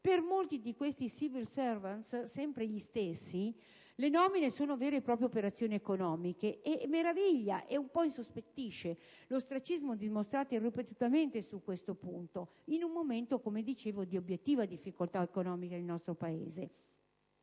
Per molti di questi *civil servants* - sempre gli stessi - le nomine sono vere e proprie operazioni economiche. Meraviglia e un po' insospettisce l'ostracismo dimostrato ripetutamente su questo punto, in un momento, come dicevo, di obiettiva difficoltà economica del nostro Paese.